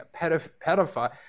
pedophile